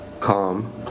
calm